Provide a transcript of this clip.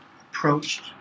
approached